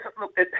look